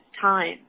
time